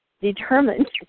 determined